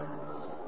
വിദ്യാർത്ഥി